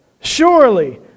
Surely